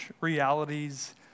realities